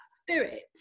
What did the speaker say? spirit